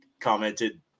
commented